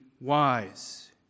wise